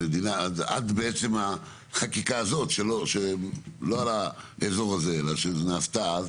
עד בעצם החקיקה הזאת שלא על האזור הזה, שנעשתה אז,